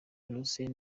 larose